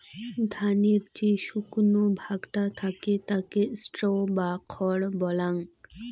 ধানের যে শুকনো ভাগটা থাকে তাকে স্ট্র বা খড় বলাঙ্গ